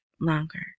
longer